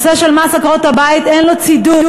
מס עקרות-הבית אין לו צידוק,